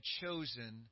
chosen